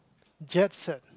Jackson